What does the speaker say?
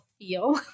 feel